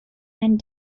and